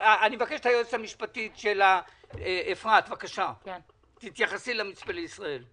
אני מבקש שאפרת היועצת המשפטית תתייחס למצפה לישראל,